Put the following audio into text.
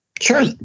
Sure